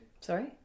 Sorry